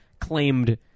claimed